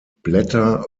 blätter